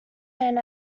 man